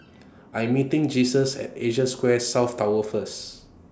I'm meeting Jesus At Asia Square South Tower First